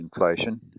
inflation